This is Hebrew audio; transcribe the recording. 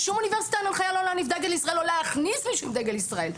בשום אוניברסיטה אין הנחיה לא להניף דגל ישראל או לא להכניס דגל ישראל,